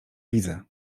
widzę